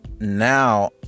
Now